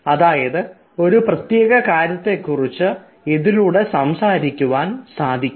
അതായത് ഒരു പ്രത്യേക കാര്യത്തെ കുറിച്ച് ഇതിലൂടെ സംസാരിക്കുവാൻ സാധിക്കും